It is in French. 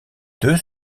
deux